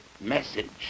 message